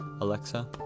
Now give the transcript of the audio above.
Alexa